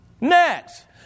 Next